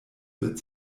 wird